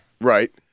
Right